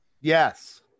Yes